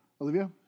Olivia